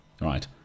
right